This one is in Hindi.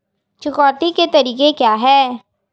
चुकौती के तरीके क्या हैं?